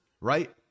right